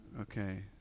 Okay